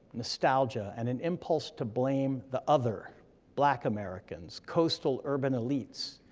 nostalgia, and an impulse to blame the other black americans, coastal urban elites,